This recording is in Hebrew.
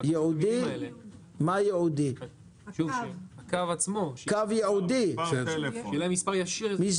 שהקו עצמו יהיה ייעודי למשטרה.